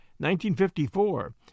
1954